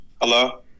hello